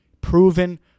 proven